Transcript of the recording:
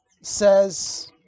says